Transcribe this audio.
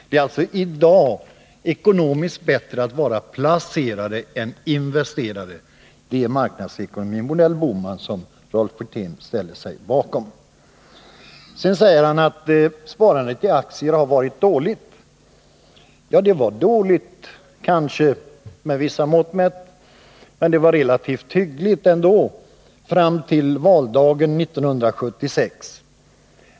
Det är alltså i dag ekonomiskt bättre att vara placerare än investerare. Det är marknadsekonomin modell Bohman som Rolf Wirtén ställer sig bakom. Rolf Wirtén säger vidare att sparandet i aktier har varit dåligt. Kanske det var dåligt med vissa mått mätt, men det var relativt hyggligt ändå fram till valdagen 1976.